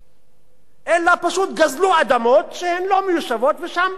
אלא פשוט גזלו אדמות שהן לא מיושבות ושם בנו בעיקר.